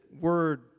word